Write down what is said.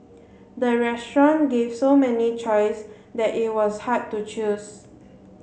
the restaurant gave so many choice that it was hard to choose